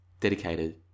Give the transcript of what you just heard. dedicated